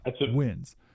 wins